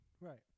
Right